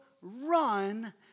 run